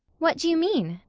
what do you mean?